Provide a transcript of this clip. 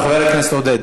חבר הכנסת עודד